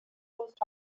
post